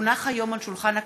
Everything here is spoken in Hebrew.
כי הונחו היום על שולחן הכנסת,